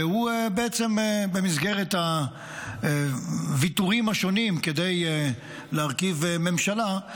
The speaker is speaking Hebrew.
ובמסגרת הוויתורים השונים כדי להרכיב ממשלה,